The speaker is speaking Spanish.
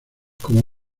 como